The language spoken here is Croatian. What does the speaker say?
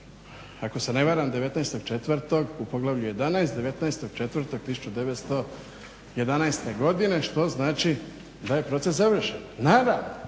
ako se ne varam 19.04. u Poglavlju 11., 19.04.2011. godine što znači da je proces završen. Naravno